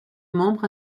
membre